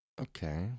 Okay